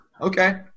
Okay